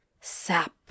Sap